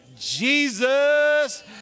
Jesus